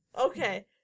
Okay